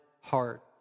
heart